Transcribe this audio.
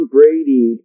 Brady